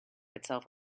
itself